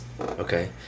Okay